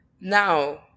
Now